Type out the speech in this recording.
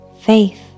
faith